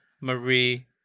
Marie